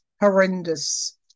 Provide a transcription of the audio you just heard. horrendous